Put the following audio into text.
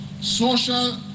social